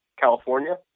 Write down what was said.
California